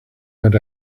went